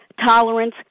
tolerance